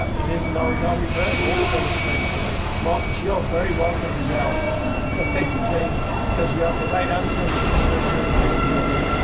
it is an origami bird, all of those things and right. marcus. you're very welcome to yell a paper crane because you have the right answer. and it just shows your enthusiasm.